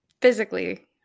physically